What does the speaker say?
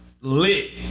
Lit